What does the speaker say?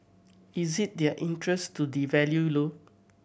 is it their interest to devalue low